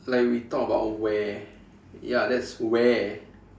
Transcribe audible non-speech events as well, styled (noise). like we talked about where (breath) ya that's where